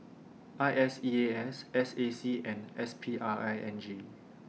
I S E A S S A C and S P R I N G